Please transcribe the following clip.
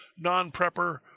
Non-prepper